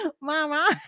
mama